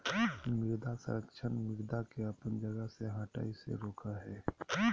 मृदा संरक्षण मृदा के अपन जगह से हठय से रोकय हइ